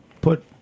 put